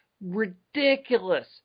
ridiculous